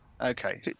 okay